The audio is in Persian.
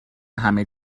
همه